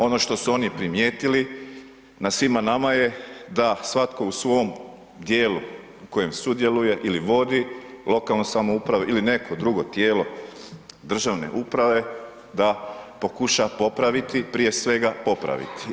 Ono što su oni primijetili, na svima nama je da svatko u svoj dijelu u kojem sudjeluje ili vodi lokalnu samoupravu ili neko drugo tijelo državne uprave, da pokuša popraviti, prije svega popraviti.